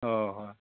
অঁ হয়